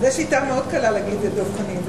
זה שיטה קלה מאוד להגיד: זה דב חנין.